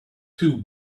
two